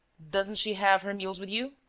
doesn't she have her meals with you?